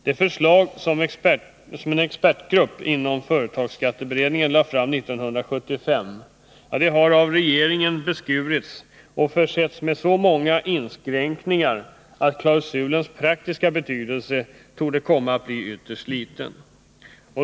Det förslag som en expertgrupp inom företagsskatteberedningen lade fram 1975 har av regeringen beskurits och försetts med så många inskränkningar att klausulens praktiska betydelse torde komma att bli ytterst liten.